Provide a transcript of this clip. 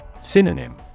Synonym